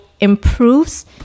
improves